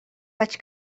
vaig